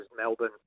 Melbourne